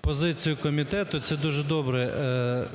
позицію комітету. Це дуже добре.